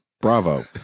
Bravo